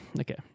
okay